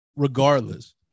Regardless